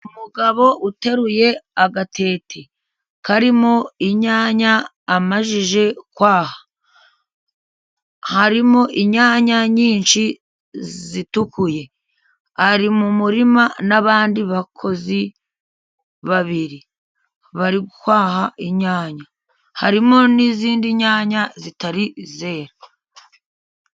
Umugabo uteruye agatete karimo inyanya, amaze kwaha harimo inyanya nyinshi zitukuye, ari mu murima n'abandi bakozi babiri bari guhaha inyanya, harimo n'izindi nyanya zitarizera.